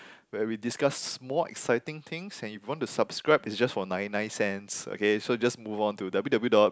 where we discuss more exciting things and if you want to subscribe it's just for ninety nine cents okay so just move on to w_w_w dot